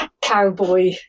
cowboy